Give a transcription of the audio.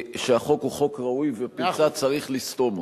שהחוק הוא חוק ראוי, ופרצה, צריך לסתום אותה.